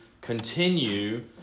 continue